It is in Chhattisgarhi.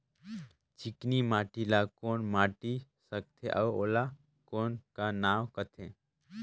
चिकनी माटी ला कौन माटी सकथे अउ ओला कौन का नाव काथे?